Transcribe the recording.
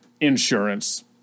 insurance